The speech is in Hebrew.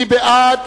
מי בעד?